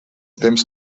temps